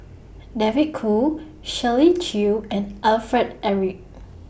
David Kwo Shirley Chew and Alfred Eric